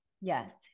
Yes